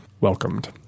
welcomed